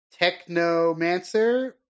technomancer